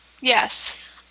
Yes